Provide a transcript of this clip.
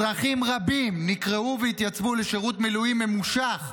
אזרחים רבים נקראו והתייצבו לשירות מילואים ממושך,